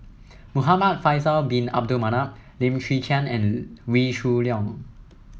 Muhamad Faisal Bin Abdul Manap Lim Chwee Chian and Wee Shoo Leong